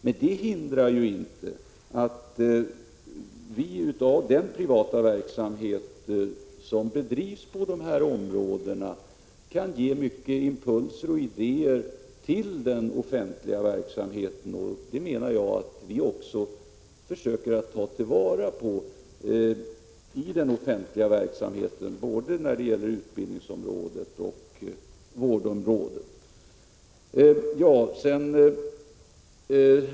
Men det hindrar inte att den privata verksamhet som bedrivs på dessa områden kan ge många impulser och idéer till den offentliga. Det menar jag att vi också försöker ta vara på i den offentliga verksamheten såväl på utbildningsområdet som på vårdområdet.